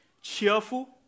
cheerful